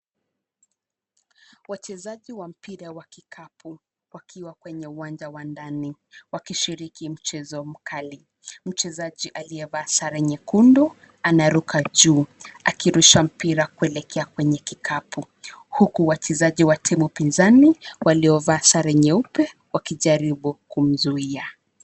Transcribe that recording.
Wachezaji wa mpira wa kikapu wakiwa kwenye uwanja wa ndani wakishiriki mchezo mkali. Mchezaji aliyevaa sare nyekundu anaruka juu akirusha mpira kuelekea kwenye kikapu huku wachezaji wa timu wapinzani waliovaa sare nyeupe wakijaribu kumzuia.